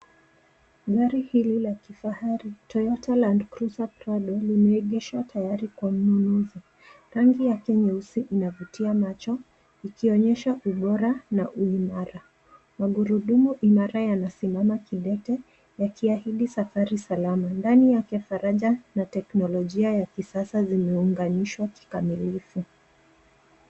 Gari hili la kifahari, Toyota Land Cruiser Prado, limeegeshwa tayari kwa mnunuzi. Rangi yake nyeusi inavutia macho, ikionyesha ubora na uimara. Magurudumu imara yanasimama kidete, yakiahidi safari salama. Ndani yake, faraja na teknolojia ya kisasa zimeunganishwa kikamilifu.